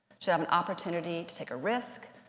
should have an opportunity to take a risk,